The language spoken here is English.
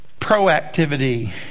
proactivity